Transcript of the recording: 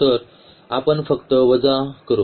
तर आपण फक्त वजा करू